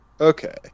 Okay